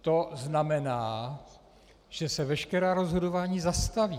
To znamená, že se veškerá rozhodování zastaví.